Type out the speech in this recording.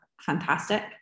fantastic